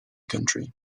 county